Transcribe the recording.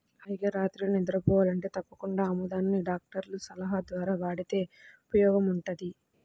హాయిగా రాత్రిళ్ళు నిద్రబోవాలంటే తప్పకుండా ఆముదాన్ని డాక్టర్ల సలహా ద్వారా వాడితే ఉపయోగముంటది